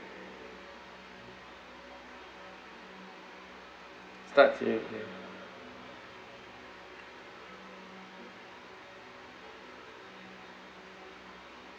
start save ya